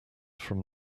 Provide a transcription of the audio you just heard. from